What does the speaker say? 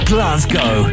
Glasgow